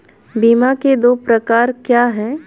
बीमा के दो प्रकार क्या हैं?